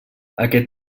aquest